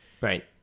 right